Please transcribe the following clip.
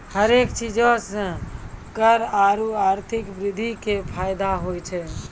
हरेक चीजो से कर आरु आर्थिक वृद्धि के फायदो होय छै